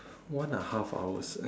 one and a half hours eh